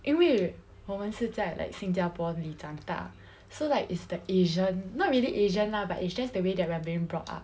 因为我们是在 like 新加坡里长大 so like it's the asian not really asian lah but it's just the way that we are being brought up